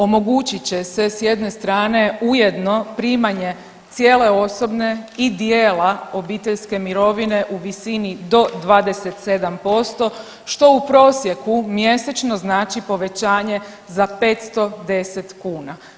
Omogućit će se s jedne strane ujedno primanje cijele osobne i dijela obiteljske mirovine u visini do 27% što u prosjeku mjesečno znači povećanje za 510 kuna.